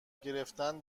گرفتن